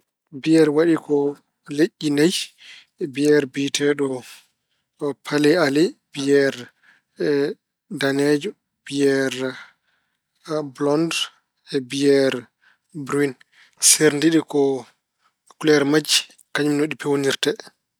Biyeer waɗi liƴƴi nayi: Biyeer biyeteeɗo Pale ale, biyeer daneejo, biyeer bolond, e biyeer birin. Seerdi ɗi ko kuleer majji e kañum no ɗi peewnirte.